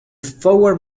forward